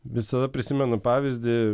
visada prisimenu pavyzdį